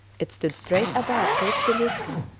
it stood straight above cape chelyuskin,